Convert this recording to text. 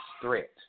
threat